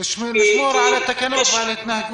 לשמור על התקנות וההתנהגות.